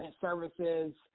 services